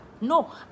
no